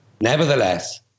Nevertheless